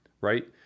right